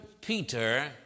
Peter